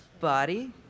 body